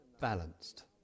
balanced